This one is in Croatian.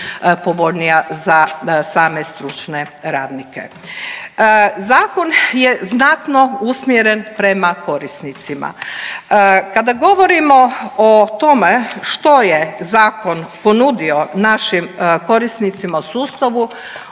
za same stručne radnike. Zakon je znatno usmjeren prema korisnicima. Kada govorimo o tome što je zakon ponudio našim korisnicima u sustavu